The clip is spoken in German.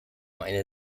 eine